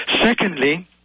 secondly